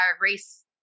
race